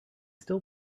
still